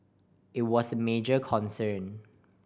it was a major concern